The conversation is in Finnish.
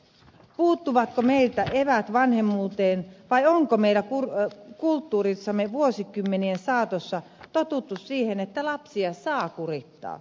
puuttuvatko meiltä eväät vanhemmuuteen vai onko meidän kulttuurissamme vuosikymmenien saatossa totuttu siihen että lapsia saa kurittaa